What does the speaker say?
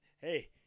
hey